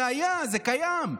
זה היה, זה קיים.